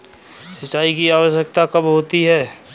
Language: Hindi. सिंचाई की आवश्यकता कब होती है?